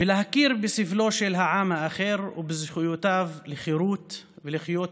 ויכירו בסבלו של העם האחר ובזכויותיו לחירות ולחיים בכבוד,